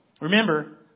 remember